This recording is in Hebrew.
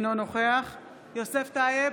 אינו נוכח יוסף טייב,